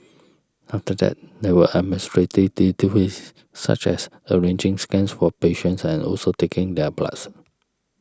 after that there were administrative duties such as arranging scans for patients and also taking their bloods